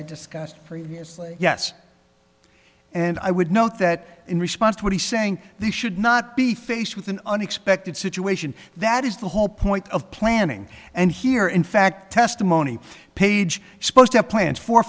i discussed previously yes and i would note that in response to what he's saying we should not be faced with an unexpected situation that is the whole point of planning and here in fact testimony page supposed to plan for